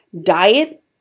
diet